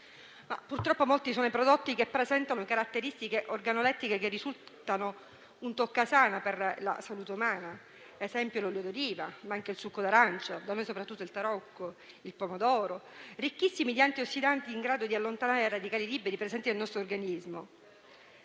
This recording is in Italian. necessario. Molti sono i prodotti che presentano caratteristiche organolettiche che risultano un toccasana per la salute umana: ad esempio, l'olio d'oliva, ma anche il succo d'arancia (da noi, soprattutto il tarocco), il pomodoro, ricchissimi di antiossidanti in grado di allontanare i radicali liberi presenti nel nostro organismo.